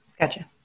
Gotcha